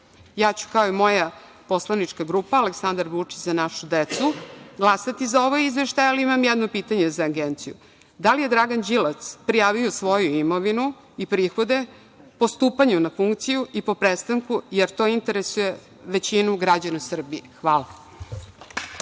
ću, kao i moja poslanička grupa Aleksandar Vučić – Za našu decu, glasati za ovaj izveštaj, ali imam jedno pitanje za Agenciju – Da li je Dragan Đilas prijavio svoju imovinu i prihode po stupanju na funkciju i po prestanku, jer to interesuje većinu građana Srbije? Hvala.